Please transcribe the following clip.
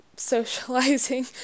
socializing